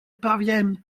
parvient